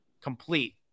complete